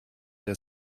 der